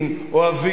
אוהבים,